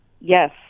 Yes